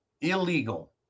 illegal